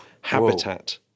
habitat